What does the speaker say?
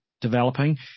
developing